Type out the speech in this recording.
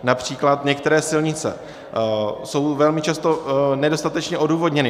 Například některé silnice jsou velmi často nedostatečně odůvodněny.